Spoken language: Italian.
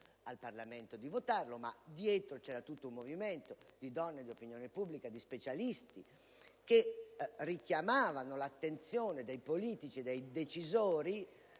al Parlamento di votarlo; ma dietro di esso vi era tutto un movimento di donne, di opinione pubblica e di specialisti che richiamavano l'attenzione dei politici e dei decisori